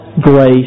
grace